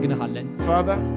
Father